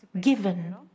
given